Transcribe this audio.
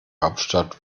hauptstadt